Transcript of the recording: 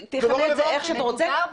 תכנה את זה איך שאתה רוצה,